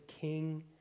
king